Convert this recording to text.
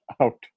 out